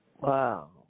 Wow